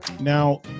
now